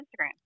Instagram